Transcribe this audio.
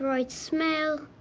right smell.